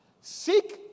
Seek